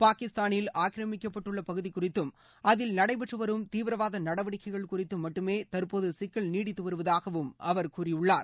பாகிஸ்தாளில் ஆக்கிரமிக்கப்பட்டுள்ள பகுதி குறித்தும் அதில் நடைபெற்று வரும் தீவிரவாத நடவடிக்கைகள் குறித்தும் மட்டுமே தற்போது சிக்கல் நீடித்து வருவதாகவும் அவர் கூறியுள்ளார்